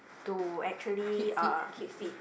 to actually uh keep fit